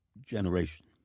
generation